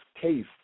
case